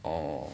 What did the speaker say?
orh